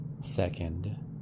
Second